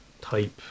type